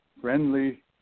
friendly